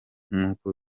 nkuko